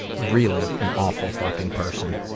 really, an awful fucking person.